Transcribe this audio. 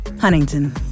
Huntington